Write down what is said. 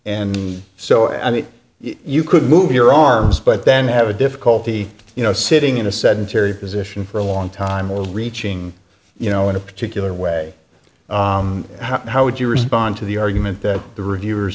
mean you could move your arms but then have a difficulty you know sitting in a sedentary position for a long time or reaching you know in a particular way how would you respond to the argument that the reviewers